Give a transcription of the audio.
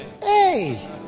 Hey